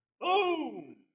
Boom